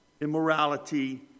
immorality